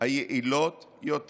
היעילות יותר,